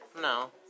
no